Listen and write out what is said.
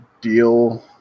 deal